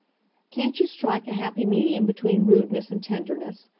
can't you strike a happy medium between rudeness and tenderness?